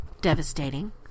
devastating